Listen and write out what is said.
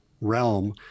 realm